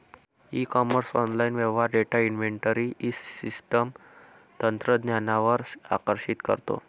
E commerce online व्यवहार data inventory system तंत्रज्ञानावर आकर्षित करतो